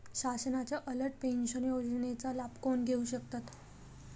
शासनाच्या अटल पेन्शन योजनेचा लाभ कोण घेऊ शकतात?